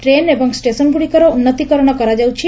train ଏବଂ ଷ୍ଟେସନ୍ଗୁଡ଼ିକର ଉନ୍ତୀକରଣ କରାଯାଉଛି